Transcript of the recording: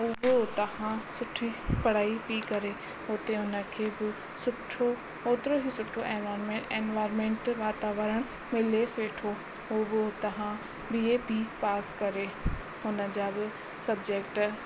हू बि हुतां खां सुठी पढ़ाई पइ करे हुते उनखे बि सुठो ओतिरो ई सुठो एनवामेंट एन्वायर्मेंट वातावरण मिलेस वेठो हू हुतां बी ए पइ पास करे हुन जा बि सबजेक्ट